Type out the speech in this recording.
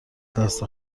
دست